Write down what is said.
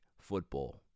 football